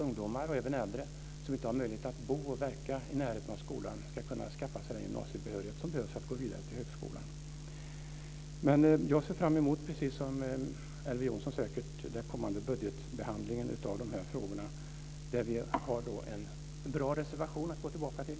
Ungdomar, och även äldre, som inte har möjlighet att bo och verka i närheten av skolan ska kunna skaffa sig den gymnasiebehörighet som behövs för att gå vidare till högskolan. Jag ser fram emot, precis som Elver Jonsson, den kommande budgetbehandlingen av frågorna. Vi har en bra reservation att gå tillbaka till.